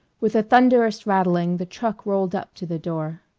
with a thunderous rattling the truck rolled up to the door.